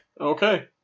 okay